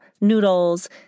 noodles